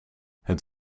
het